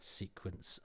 sequence